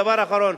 דבר אחרון,